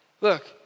Look